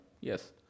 Yes